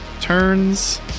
turns